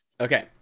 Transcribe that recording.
Okay